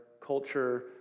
culture